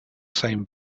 same